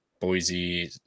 Boise